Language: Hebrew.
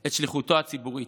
את שליחותו הציבורית.